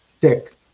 thick